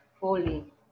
fully